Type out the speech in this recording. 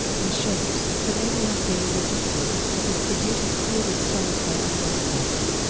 and shows, but ending up being rejected, because producers favored songs by other artists,